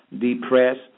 depressed